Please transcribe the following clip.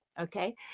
okay